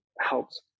helps